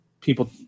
people